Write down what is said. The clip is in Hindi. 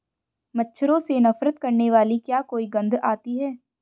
मच्छरों से नफरत करने वाली क्या कोई गंध आती है?